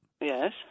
Yes